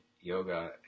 yoga